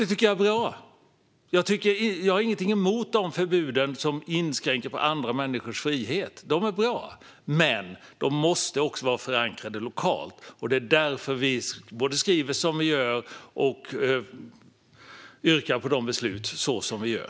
Det tycker jag är bra. Jag har ingenting emot de förbud som inskränker andra människors frihet - de är bra - men de måste vara förankrade lokalt. Det är därför vi skriver som vi gör och yrkar bifall till de förslag till beslut som vi gör.